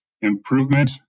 improvement